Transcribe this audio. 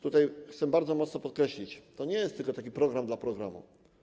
Tutaj chcę bardzo mocno podkreślić, że to nie jest tylko taki program dla programu.